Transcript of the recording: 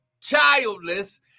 childless